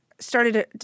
started